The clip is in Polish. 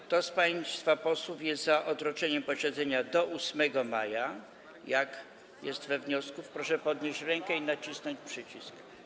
Kto z państwa posłów jest za odroczeniem posiedzenia do 8 maja, jak jest we wniosku, proszę podnieść rękę i nacisnąć przycisk.